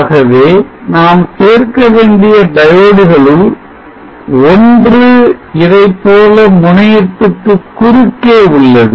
ஆகவே நாம் சேர்க்க வேண்டிய diodes களுள்ஒன்று இதைப்போல முனையத்துக்கு குறுக்கே உள்ளது